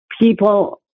people